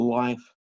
life